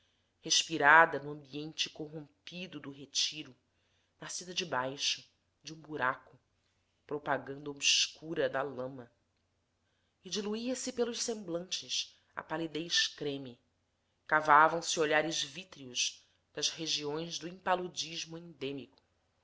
respirada no ambiente corrompido do retiro nascida de baixo de um buraco propaganda obscura da lama e diluía se pelos semblantes a palidez creme cavavam se olhares vítreos das regiões do impaludismo endêmico